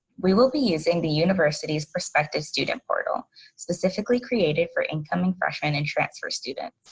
we will be using the university's prospective student portal specifically created for incoming freshmen and transfer students.